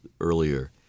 earlier